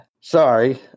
Sorry